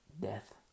Death